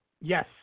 yes